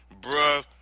Bruh